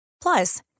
Plus